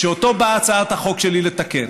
שאותו באה הצעת החוק שלי לתקן.